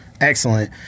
Excellent